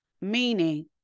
Meaning